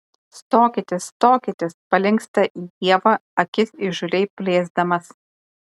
stokitės stokitės palinksta į ievą akis įžūliai plėsdamas